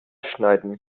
schneiden